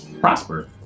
prosper